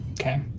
Okay